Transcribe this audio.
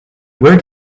where